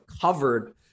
covered